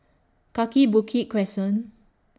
Kaki Bukit Crescent